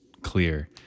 clear